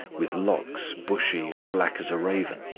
with locks bushy, and black as a raven.